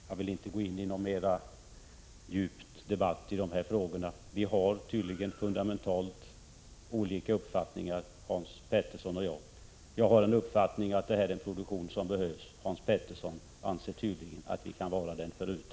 Jag vill inte gå in i någon djupare debatt i dessa frågor. Vi har tydligen fundamentalt olika uppfattningar, Hans Petersson och jag. Jag har den uppfattningen att det här är en produktion som behövs. Hans Petersson anser tydligen att vi kan vara den förutan.